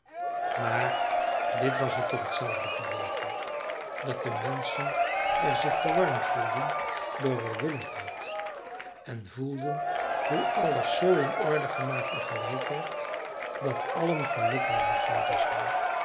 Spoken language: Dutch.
maar dit was er toch t zelfde gebleven dat de menschen er zich verwarmd voelden door welwillendheid en voelden hoe alles z in orde gemaakt en geleid werd dat allen gelukkiger zouden zijn